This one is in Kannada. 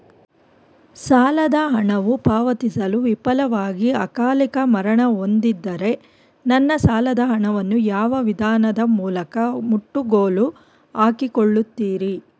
ಸಾಲದ ಹಣವು ಪಾವತಿಸಲು ವಿಫಲವಾಗಿ ಅಕಾಲಿಕ ಮರಣ ಹೊಂದಿದ್ದರೆ ನನ್ನ ಸಾಲದ ಹಣವನ್ನು ಯಾವ ವಿಧಾನದ ಮೂಲಕ ಮುಟ್ಟುಗೋಲು ಹಾಕಿಕೊಳ್ಳುತೀರಿ?